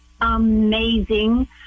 amazing